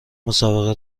مسابقه